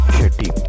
Shetty